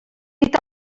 dit